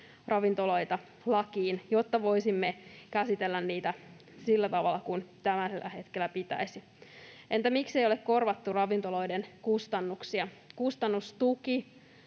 ravintoloita lakiin, jotta voisimme käsitellä niitä sillä tavalla kuin tällä hetkellä pitäisi? Entä miksi ei ole korvattu ravintoloiden kustannuksia? Kustannustuki